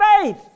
faith